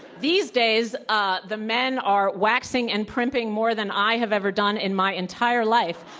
these days ah the men are waxing and primping more than i have ever done in my entire life,